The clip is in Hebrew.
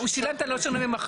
הם משנים למקומית.